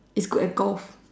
he's good at golf